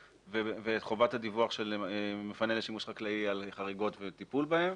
ואת חובת הדיווח של מפנה לשימוש חקלאי על חריגות וטיפול בהן.